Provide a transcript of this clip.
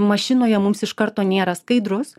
mašinoje mums iš karto nėra skaidrus